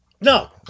No